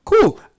cool